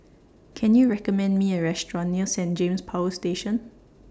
Can YOU recommend Me A Restaurant near Saint James Power Station